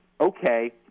okay